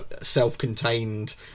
self-contained